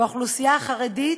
ובאוכלוסייה החרדית,